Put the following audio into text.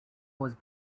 was